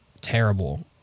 terrible